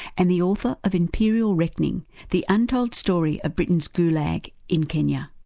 and the author of imperial reckoning the untold story of britain's gulag in kenya.